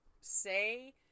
say